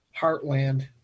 Heartland